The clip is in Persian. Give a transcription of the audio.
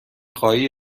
خواهی